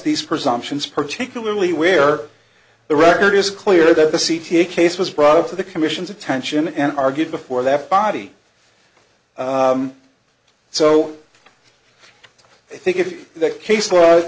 these presumptions particularly where the record is clear that the c t case was brought to the commission's attention and argued before that body so i think if that case was